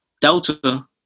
delta